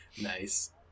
Nice